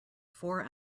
four